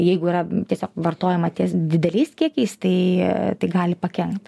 jeigu yra tiesiog vartojama ties dideliais kiekiais tai tai gali pakenkt